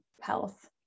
health